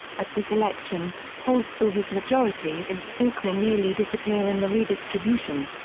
at this election, holt saw his majority in fawkner nearly disappear in the redistribution.